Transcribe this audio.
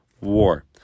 war